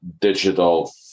digital